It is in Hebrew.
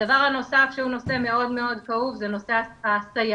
הדבר הנוסף שהוא נושא מאוד כאוב זה נושא סייעות